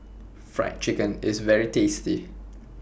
Fried Chicken IS very tasty